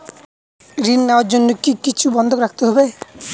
ঋণ নেওয়ার জন্য কি কিছু বন্ধক রাখতে হবে?